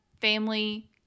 family